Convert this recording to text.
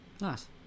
Nice